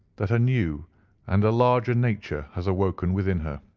that a new and a larger nature has awoken within her.